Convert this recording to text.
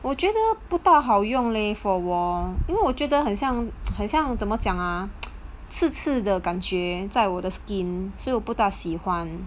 我觉得不大好用 leh for 我因为我觉得很像 很像怎么讲啊 刺刺的感觉在我的 skin 所以我不大喜欢